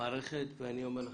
המערכת ואני אומר לכם,